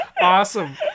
awesome